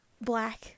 black